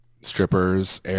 strippers